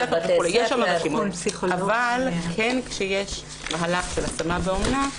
אבל כשיש מהלך של השמה באומנה,